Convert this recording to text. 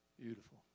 Beautiful